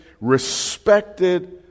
respected